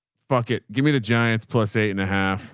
fuck it. give me the giants. plus eight and a half